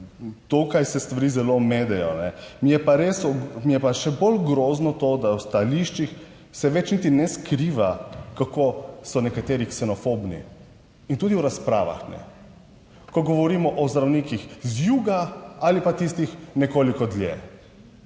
tukaj se stvari zelo medejo. Mi je pa res, mi je pa še bolj grozno to, da v stališčih se več niti ne skriva kako so nekateri ksenofobni in tudi v razpravah ne. Ko govorimo o zdravnikih z juga ali pa tistih nekoliko dlje.